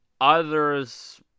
others